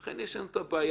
לכן יש לנו בעיה.